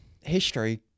History